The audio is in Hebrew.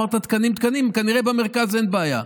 אמרת: תקנים, תקנים, כנראה במרכז אין בעיה.